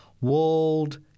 walled